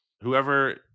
whoever